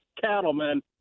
cattlemen